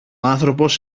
άνθρωπος